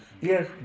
yes